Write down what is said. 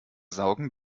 saugen